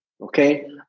okay